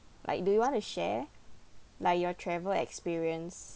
like do you want to share like your travel experience